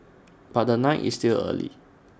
but the night is still early